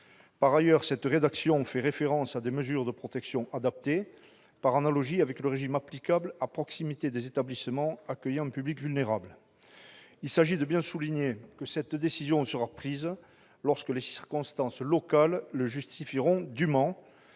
Par ailleurs, cette rédaction fait référence à des mesures de protection adaptées, par analogie avec le régime applicable à proximité des établissements accueillant un public vulnérable. Il s'agit de souligner que cette décision sera prise lorsque les circonstances locales le justifieront dûment